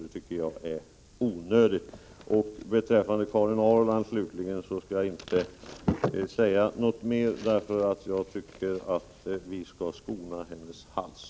Det tycker jag skulle vara onödigt. Till Karin Ahrland skall jag inte säga något mer. Jag tycker att vi skall skona hennes hals.